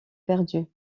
perdue